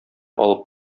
алып